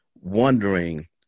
wondering